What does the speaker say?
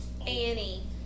Annie